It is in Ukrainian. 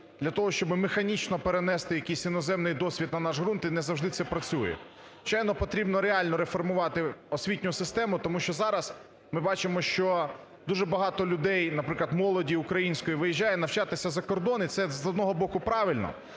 для того, щоб механічно перенести якийсь іноземний досвід на наш ґрунт, і не завжди це працює. Звичайно, потрібно реально реформувати освітню систему, тому що зараз ми бачимо, що дуже багато людей, наприклад, молоді української виїжджає навчатися за кордон. І це, з одного боку, правильно,